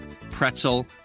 pretzel